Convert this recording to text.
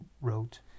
wrote